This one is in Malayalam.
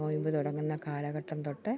നോയമ്പ് തുടങ്ങുന്ന കാലഘട്ടം തൊട്ട്